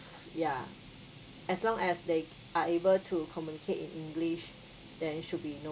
ya as long as they are able to communicate in english then it should be no